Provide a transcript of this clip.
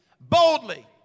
boldly